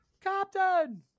Captain